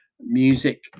Music